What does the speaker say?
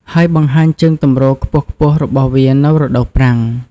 ហើយបង្ហាញជើងទម្រខ្ពស់ៗរបស់វានៅរដូវប្រាំង។